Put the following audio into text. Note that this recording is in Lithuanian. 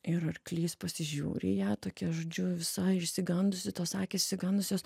ir arklys pasižiūri į ją tokia žodžiu visa išsigandusi tos akys išsigandusios